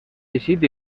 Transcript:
eixit